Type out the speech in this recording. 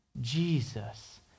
Jesus